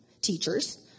teachers